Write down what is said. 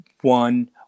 one